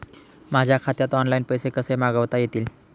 माझ्या खात्यात ऑनलाइन पैसे कसे मागवता येतील?